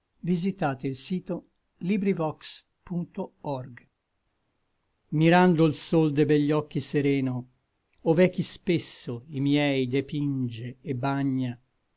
spaventa amor m'affida mirando l sol de begli occhi sereno ove è chi spesso i miei depinge et bagna